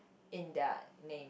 in their name